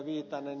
viitanen